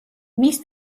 მის